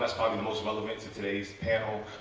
that's probably the most relevant to today's panel.